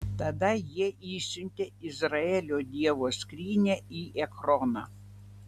tada jie išsiuntė izraelio dievo skrynią į ekroną